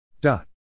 Dot